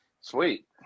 sweet